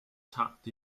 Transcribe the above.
tucked